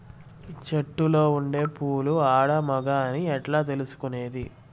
చెట్టులో ఉండే పూలు ఆడ, మగ అని ఎట్లా తెలుసుకునేది?